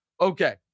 Okay